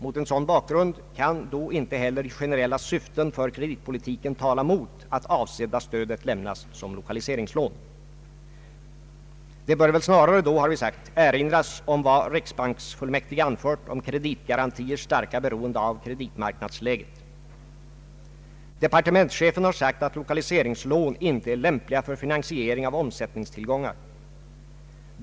Mot en sådan bakgrund kan då inte heller generella syften för kreditpolitiken tala mot att det avsedda stödet lämnas som lokaliseringslån. Det bör väl snarare då, har vi sagt, erinras om vad riksbanksfullmäktige har anfört om kreditgarantiers starka beroende av kreditmarknadsläget. Departementschefen har sagt att lokaliseringslån inte är lämpliga för finansiering av omsättningstillgångar.